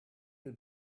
you